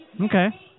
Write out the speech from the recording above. Okay